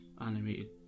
animated